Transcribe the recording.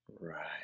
Right